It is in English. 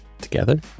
together